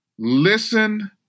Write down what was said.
listen